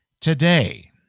today